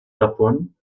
davon